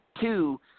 two